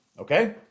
okay